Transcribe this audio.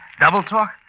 Double-talk